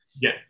Yes